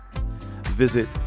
Visit